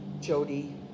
Jody